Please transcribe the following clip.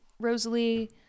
Rosalie